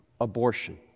abortion